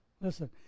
Listen